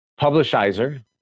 publishizer